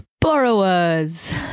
Borrowers